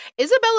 Isabella